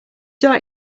right